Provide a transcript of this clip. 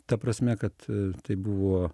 ta prasme kad tai buvo